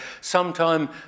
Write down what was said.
sometime